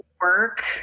work